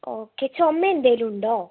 okay ചുമ എന്തെങ്കിലും ഉണ്ടോ